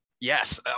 Yes